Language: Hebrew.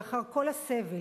לאחר כל הסבל,